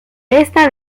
esta